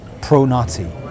pro-Nazi